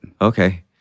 Okay